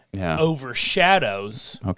overshadows